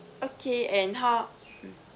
okay and how mm